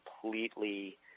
completely